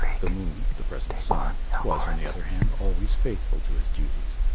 the moon the present sun was, on the other hand, always faithful to his duties.